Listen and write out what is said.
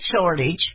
shortage